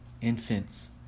infants